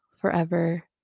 forever